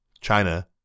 China